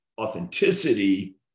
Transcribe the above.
authenticity